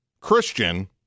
Christian